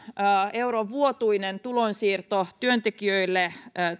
euron vuotuinen tulonsiirto työntekijöiltä